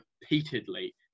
repeatedly